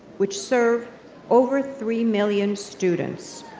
which serve over three million students.